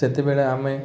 ସେତେବେଳେ ଆମେ